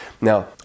Now